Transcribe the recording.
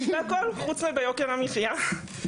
בהכול חוץ מביוקר המחייה.